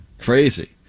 Crazy